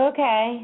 Okay